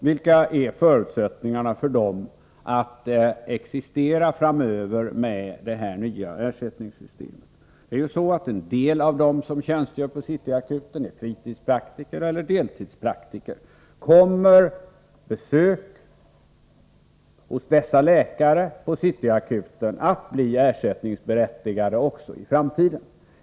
Vilka är förutsättningarna för dem att existera framöver med det nya ersättningssystemet? En del av dem som tjänstgör på City Akuten är fritidspraktiker eller deltidspraktiker. Kommer rätten till ersättning vid besök hos dessa läkare på City Akuten att kvarstå också i framtiden?